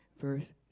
verse